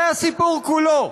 זה הסיפור כולו: